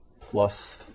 plus